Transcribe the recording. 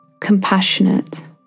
compassionate